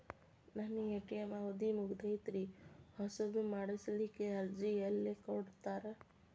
ನನ್ನ ಎ.ಟಿ.ಎಂ ಅವಧಿ ಮುಗದೈತ್ರಿ ಹೊಸದು ಮಾಡಸಲಿಕ್ಕೆ ಅರ್ಜಿ ಎಲ್ಲ ಕೊಡತಾರ?